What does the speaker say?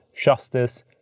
justice